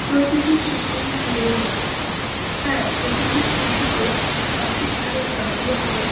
প্রতিটি শিশুই ফুলের মতো তাই প্রতিটি শিশুকে সঠিকভাবে যত্ন করে